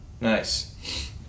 nice